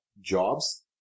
Jobs